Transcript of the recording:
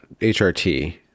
HRT